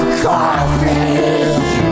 coffee